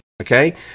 Okay